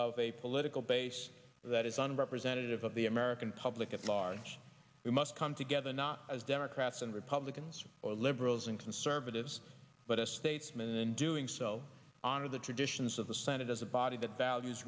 of a political base that isn't representative of the american public at large we must come together not as democrats and republicans or liberals and conservatives but as statesmen in doing so honor the traditions of the senate as a body that values